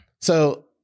So-